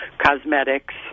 cosmetics